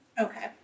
Okay